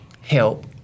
help